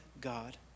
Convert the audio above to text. God